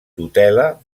tutela